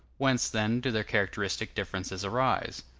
whence, then, do their characteristic differences arise?